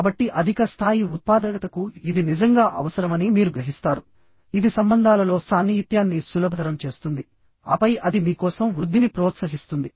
కాబట్టి అధిక స్థాయి ఉత్పాదకతకు ఇది నిజంగా అవసరమని మీరు గ్రహిస్తారు ఇది సంబంధాలలో సాన్నిహిత్యాన్ని సులభతరం చేస్తుంది ఆపై అది మీ కోసం వృద్ధిని ప్రోత్సహిస్తుంది